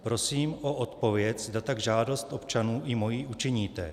Prosím o odpověď, zda tak na žádost občanů i moji učiníte.